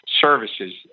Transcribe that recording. services